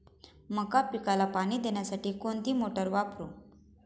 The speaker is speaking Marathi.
मका पिकाला पाणी देण्यासाठी कोणती मोटार वापरू?